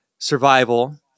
survival